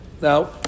Now